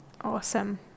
Awesome